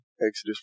Exodus